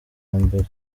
mbere